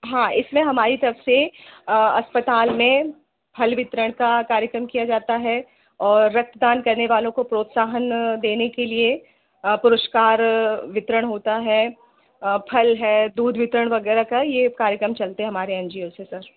हाँ इसमें हमारी तरफ से अस्पताल में फल वितरण का कार्यक्रम किया जाता है और रक्तदान करने वालों को प्रोत्साहन देने लिए पुरस्कार वितरण होता है फल है दूध वितरण वगैरह का यह कार्यक्रम चलते हमारे एन जी ओ से सर